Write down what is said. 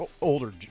Older